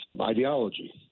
ideology